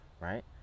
right